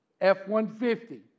F-150